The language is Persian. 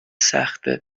سخته